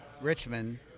Richmond